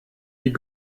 die